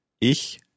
ich